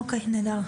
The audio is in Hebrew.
אוקיי, נהדר.